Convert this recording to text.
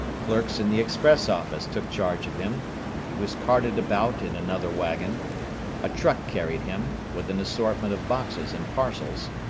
clerks in the express office took charge of him he was carted about in another wagon a truck carried him, with an assortment of boxes and parcels,